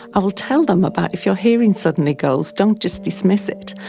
i'll tell them about if your hearing suddenly goes, don't just dismiss it,